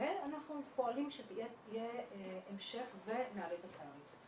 ואנחנו פועלים שיהיה המשך ונעלה את התעריף.